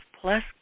plus